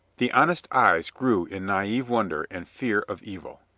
the honest eyes grew in na'ive wonder and fear of evil.